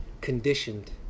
conditioned